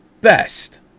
best